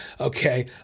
Okay